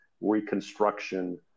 reconstruction